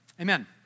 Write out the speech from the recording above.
Amen